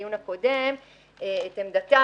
בדיון הקודם את עמדתה,